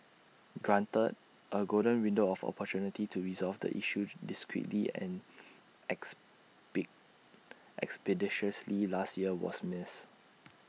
granted A golden window of opportunity to resolve the issue discreetly and as be expeditiously last year was missed